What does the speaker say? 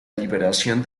liberación